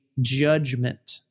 judgment